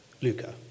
Luca